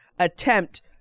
attempt